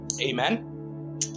Amen